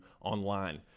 online